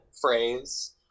phrase